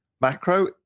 Macro